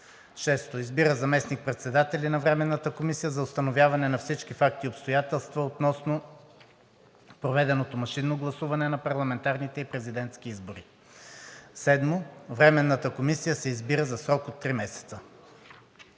г. 6. Избира заместник-председатели на Временната комисия за установяване на всички факти и обстоятелства относно проведеното машинно гласуване на парламентарните и президентски избори на 14 ноември 2021 г. 7. Временната комисия се избира за срок от три месеца.“